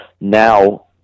Now